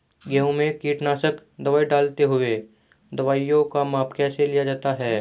गेहूँ में कीटनाशक दवाई डालते हुऐ दवाईयों का माप कैसे लिया जाता है?